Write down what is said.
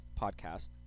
podcast